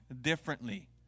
differently